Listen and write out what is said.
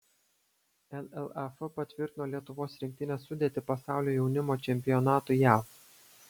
llaf patvirtino lietuvos rinktinės sudėtį pasaulio jaunimo čempionatui jav